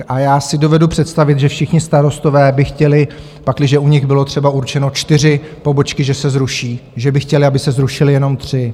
A já si dovedu představit, že všichni starostové by chtěli, pakliže u nich bylo třeba určeno, čtyři pobočky že se zruší, že by chtěli, aby se zrušily jenom tři.